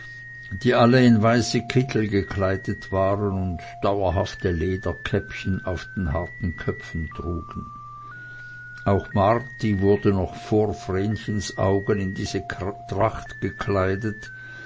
die alle in weiße kittel gekleidet waren und dauerhafte lederkäppchen auf den harten köpfen trugen auch marti wurde noch vor vrenchens augen in diese tracht gekleidet